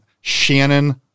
Shannon